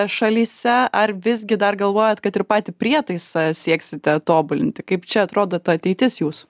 šalyse ar visgi dar galvojat kad ir patį prietaisą sieksite tobulinti kaip čia atrodo ta ateitis jūsų